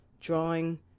Drawing